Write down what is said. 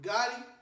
Gotti